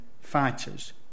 fighters